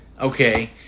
Okay